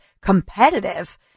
competitive